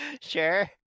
Sure